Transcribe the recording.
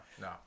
no